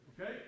Okay